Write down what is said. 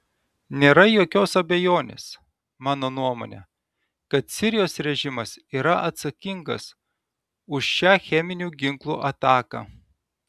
nėra jokios abejonės mano nuomone kad sirijos režimas yra atsakingas už šią cheminių ginklų ataką